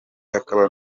akaba